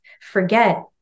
forget